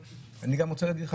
אני גם רוצה להגיד לך,